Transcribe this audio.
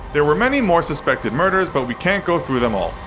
there were many more suspected murders, but we can't go through them all.